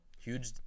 huge